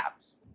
apps